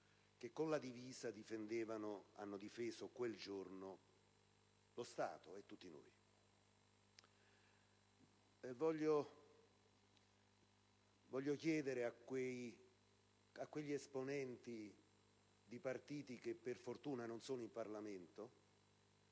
che con la divisa difendevano e hanno difeso, quel giorno, lo Stato e tutti noi. Voglio chiedere a quegli esponenti di partiti, che per fortuna non sono in Parlamento,